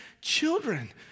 children